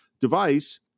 device